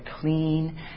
clean